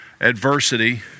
adversity